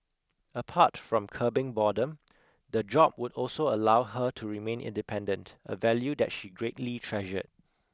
apart from curbing boredom the job would also allow her to remain independent a value that she greatly treasured